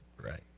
Right